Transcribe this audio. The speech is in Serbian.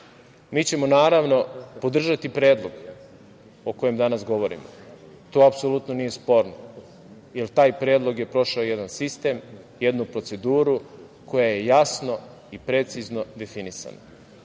ćemo, naravno, podržati predlog o kome danas govorimo, to apsolutno nije sporno, jer je taj predlog prošao jedan sistem, jednu proceduru koja je jasno i precizno definisana.